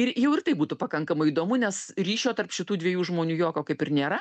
ir jau ir tai būtų pakankamai įdomu nes ryšio tarp šitų dviejų žmonių jokio kaip ir nėra